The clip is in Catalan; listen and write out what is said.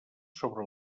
sobre